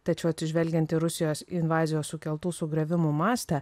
tačiau atsižvelgiant į rusijos invazijos sukeltų sugriovimų mastą